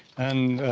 and,